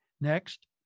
next